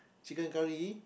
chicken curry